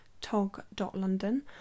tog.london